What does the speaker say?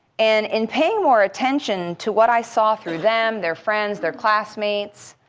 and in paying more attention to what i saw through them, their friends, their classmates,